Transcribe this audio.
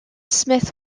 smythe